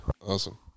awesome